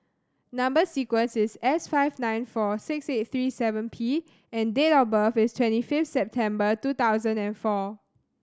number sequence is S five nine four six eight three seven P and date of birth is twenty fifth September two thousand and four